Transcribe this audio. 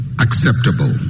acceptable